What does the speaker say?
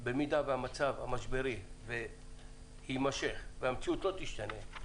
במידה שהמצב המשברי יימשך והמציאות לא תשתנה,